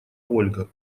ольга